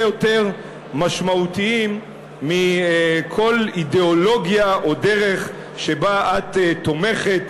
יותר משמעותיים מכל אידיאולוגיה או דרך שבה את תומכת,